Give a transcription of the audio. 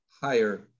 higher